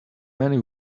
many